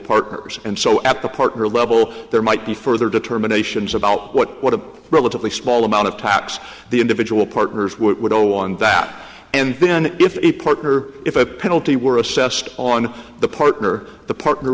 partners and so at the partner level there might be further determinations about what a relatively small amount of tax the individual partners would owe on that and then if a partner if a penalty were assessed on the partner the partner